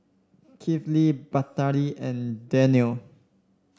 Kifli Batari and Danial